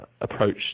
approach